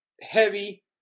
heavy